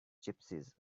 gypsies